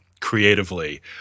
creatively